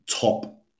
top